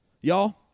Y'all